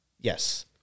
Yes